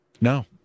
no